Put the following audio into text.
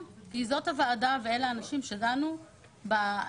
כי זאת הוועדה ואלה האנשים שדנו במשמעויות.